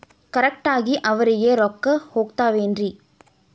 Correct ಆಗಿ ಅವರಿಗೆ ರೊಕ್ಕ ಹೋಗ್ತಾವೇನ್ರಿ?